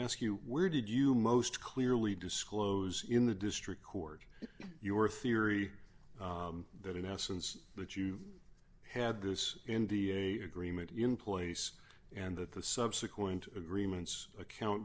ask you where did you most clearly disclose in the district court your theory that in essence that you had this in da agreement employees and that the subsequent agreements account